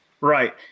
right